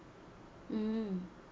mm